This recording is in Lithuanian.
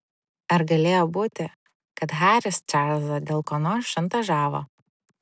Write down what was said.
ar galėjo būti kad haris čarlzą dėl ko nors šantažavo